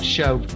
Show